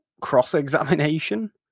cross-examination